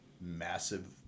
massive